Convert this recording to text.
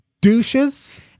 douches